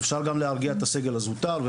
אפשר גם להרגיע את הסגל הזוטר.